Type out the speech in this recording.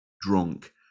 drunk